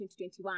2021